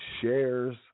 shares